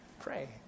Pray